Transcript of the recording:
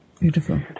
Beautiful